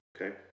okay